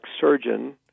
surgeon